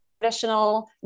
traditional